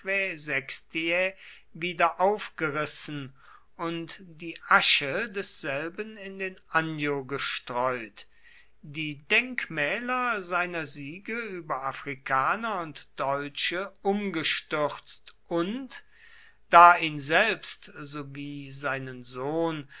sextiae wiederaufgerissen und die asche desselben in den anio gestreut die denkmäler seiner siege über afrikaner und deutsche umgestürzt und da ihn selbst sowie seinen sohn